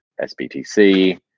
SBTC